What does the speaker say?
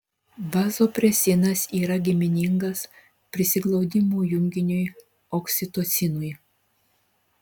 vazopresinas yra giminingas prisiglaudimo junginiui oksitocinui